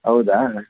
ಹೌದೇ